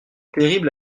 terrible